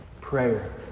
Prayer